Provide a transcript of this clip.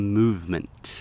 movement